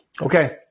Okay